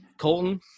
colton